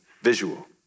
visual